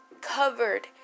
covered